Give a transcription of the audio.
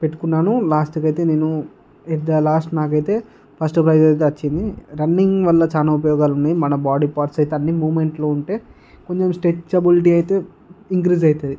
పెట్టుకున్నాను లాస్ట్కి అయితే నేను లాస్ట్ నాకైతే ఫస్ట్ ప్రైజ్ అయితే వచ్చింది రన్నింగ్ వల్ల చాలా ఉపయోగాలు ఉన్నాయి బాడీ పార్ట్స్ అయితే అన్నీ మూమెంట్లో ఉంటే కొంచెం స్ట్రచబులిటీ అయితే ఇంక్రీస్ అవుతుంది